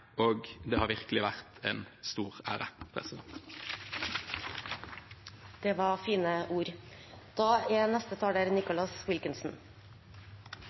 Det har virkelig vært en stor ære, president! Det var fine ord.